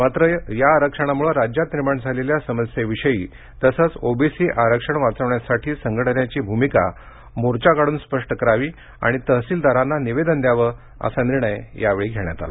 मात्र या आरक्षणामुळे राज्यात निर्माण झालेल्या समस्येविषयी तसेच ओबीसी आरक्षण वाचवण्यासाठी संघटनेची भूमिका मोर्चा काढून स्पष्ट करावी आणि तहसीलदारांना निवेदन द्यावे असा निर्णय घेण्यात आला